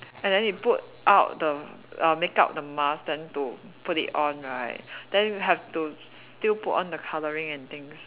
and then they put out the uh makeup the mask then to put it on right then you have to still put on the colouring and things